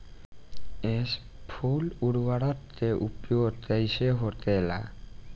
स्फुर उर्वरक के उपयोग कईसे होखेला?